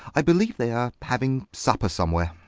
i believe they are having supper somewhere.